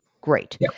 Great